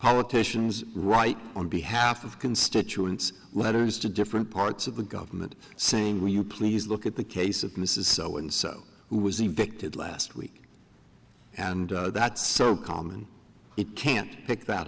politicians write on behalf of constituents letters to different parts of the government saying will you please look at the case of mrs so and so who was effected last week and that's so common it can't pick that